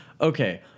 okay